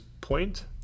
point